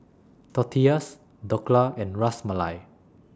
Tortillas Dhokla and Ras Malai